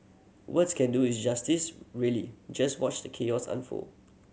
words can do it justice really just watch the chaos unfold